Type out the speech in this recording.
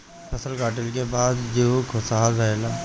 फसल कटले के बाद जीउ खुशहाल रहेला